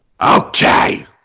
Okay